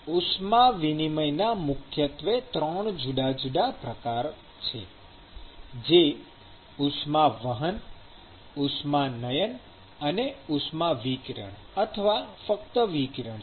ઉષ્મા વિનિમયના મુખ્યત્વે 3 જુદા જુદા પ્રકાર છે જે ઉષ્માવહન ઉષ્માનયન અને ઉષ્માવિકિરણ અથવા ફક્ત વિકિરણ છે